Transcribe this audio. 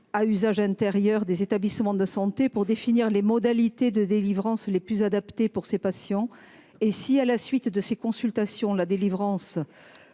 à usage intérieur des établissements de santé pour définir les modalités de délivrance, les plus adaptées pour ses patients et si à la suite de ces consultations la délivrance